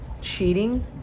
cheating